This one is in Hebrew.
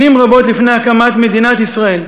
שנים רבות לפני הקמת מדינת ישראל.